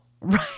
Right